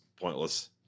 pointless